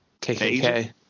KKK